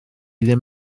ddim